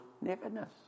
nakedness